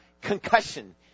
concussion